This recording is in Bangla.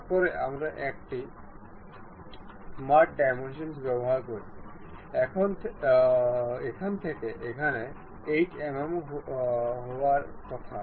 তারপরে আমরা একটি স্মার্ট ডাইমেনশন ব্যবহার করি এখান থেকে এখানে 8 mm হওয়ার কথা